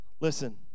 Listen